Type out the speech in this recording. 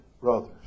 brothers